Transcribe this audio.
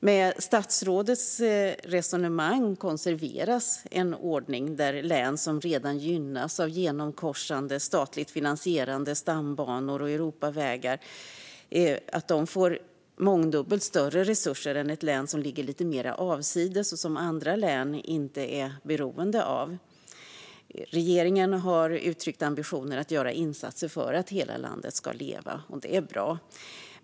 Med statsrådets resonemang konserveras en ordning där län som redan gynnas av genomkorsande statligt finansierade stambanor och Europavägar får mångdubbelt större resurser än ett län som ligger mer avsides och som andra län inte är beroende av. Regeringen har uttryckt ambitioner att göra insatser för att hela landet ska leva, vilket är bra.